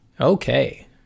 okay